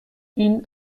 این